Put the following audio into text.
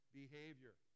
behavior